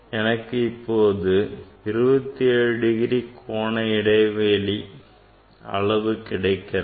எனக்கு இப்போது 27 டிகிரி கோண அளவு கிடைக்கிறது